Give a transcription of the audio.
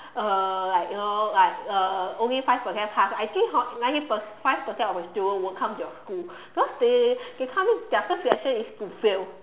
uh like you know like uh only five percent pass I think hor ninety per~ five percent of student won't come to your school because they come in their first reaction is to fail